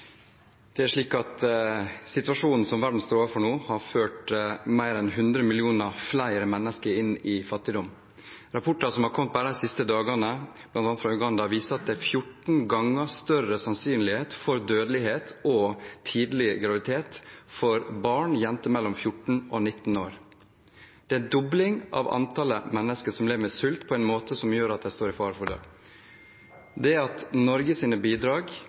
situasjonen verden står overfor nå, har ført mer enn 100 millioner flere mennesker inn i fattigdom. Rapporter som har kommet bare de siste dagene, bl.a. fra Uganda, viser at det er 14 ganger større sannsynlighet for dødelighet for barn og tidlig graviditet for jenter mellom 14 og 19 år. Det er en dobling av antall mennesker som lever med sult på en måte som gjør at de står i fare for å dø. Norges bidrag bl.a. på det